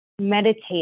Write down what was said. meditate